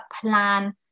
plan